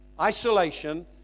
Isolation